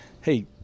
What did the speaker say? hey